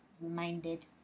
reminded